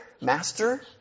master